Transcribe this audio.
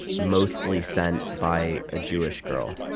mostly sent by a jewish girl.